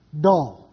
dull